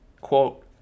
quote